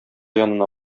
янына